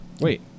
Wait